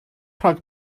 rhag